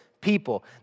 people